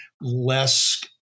less